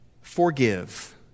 Forgive